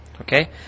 Okay